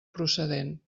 procedent